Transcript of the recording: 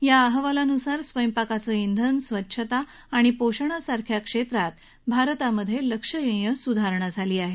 या अहवालानुसार स्वयंपाकाचं इंधन स्वच्छता आणि पोषणासारख्या क्षेत्रात भारतात लक्षणीय सुधारणा झाली आहे